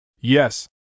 Yes